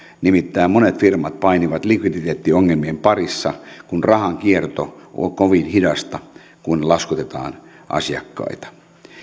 nimittäin monet firmat painivat likviditeettiongelmien parissa kun rahankierto on kovin hidasta kun laskutetaan asiakkaita